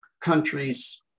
countries